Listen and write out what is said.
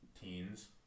teens